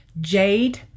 Jade